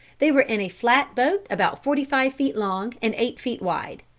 they were in a flat boat about forty-five feet long and eight feet wide.